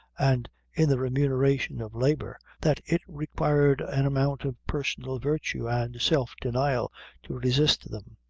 and in the remuneration of labor, that it required an amount of personal virtue and self-denial to resist them,